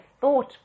thought